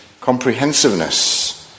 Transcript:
comprehensiveness